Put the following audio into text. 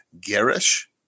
garish